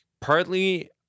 partly